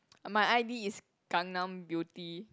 My I_D is Gangnam Beauty